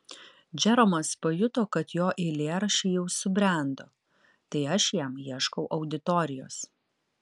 džeromas pajuto kad jo eilėraščiai jau subrendo tai aš jam ieškau auditorijos